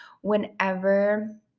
whenever